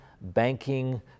banking